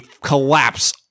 collapse